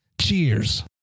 Cheers